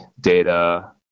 data